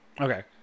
Okay